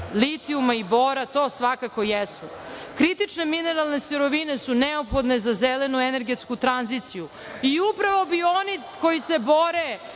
litijuma i bora to svakako jesu. Kritične mineralne sirovine su neophodne za zelenu energetsku tranziciju i upravo bi oni koji se bore